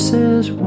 Says